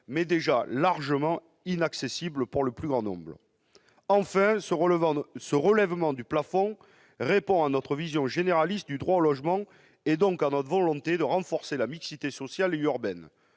sont déjà largement inaccessibles pour le plus grand nombre. Le relèvement du plafond répond à notre vision généraliste du droit au logement et, donc, à notre volonté de renforcer la mixité sociale et urbaine.